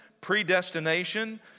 predestination